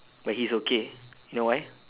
but he's okay you know why